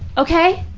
okay.